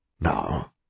Now